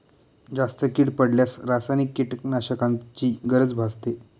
जास्त कीड पडल्यास रासायनिक कीटकनाशकांची गरज भासते